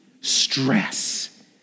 stress